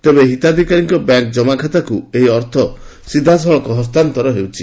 ତେବେ ହିତାଧିକାରୀଙ୍କ ବ୍ୟାଙ୍କ ଜମାଖାତାକୁ ଏହି ଅର୍ଥ ସିଧାସଳଖ ହସ୍ତାନ୍ତର ହେଉଛି